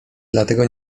dlatego